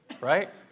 Right